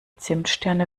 zimtsterne